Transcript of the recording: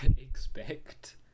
expect